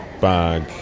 bag